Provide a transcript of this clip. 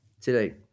today